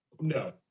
no